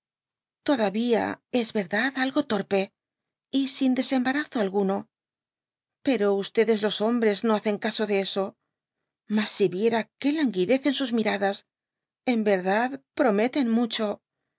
todiiyía es yerdad algo torpe y sin desemba razo alguno pero yds los hombres no hacen caso de eso mas si yíera qué languidez en sus mi radas en yerdad prometen mucho